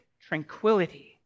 tranquility